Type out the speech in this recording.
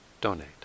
donate